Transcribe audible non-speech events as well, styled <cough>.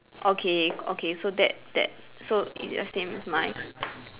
okay okay so that that so it's the same as mine <noise>